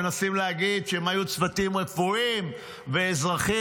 מנסים להגיד שהם היו צוותים רפואיים ואזרחים.